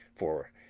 for,